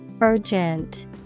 Urgent